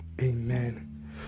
Amen